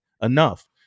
enough